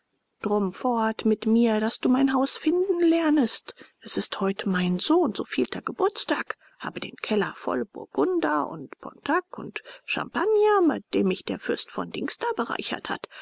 drum fort mit mir daß du mein haus finden lernest es ist heut mein so und so vielter geburtstag habe den keller voll burgunder und pontak und champagner mit dem mich der fürst von dings da bereichert hat